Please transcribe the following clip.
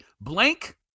blank